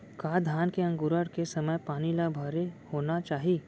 का धान के अंकुरण के समय पानी ल भरे होना चाही?